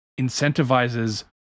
incentivizes